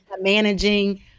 managing